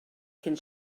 cyn